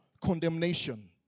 condemnation